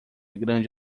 grande